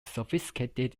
sophisticated